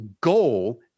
goal